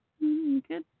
good